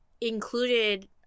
included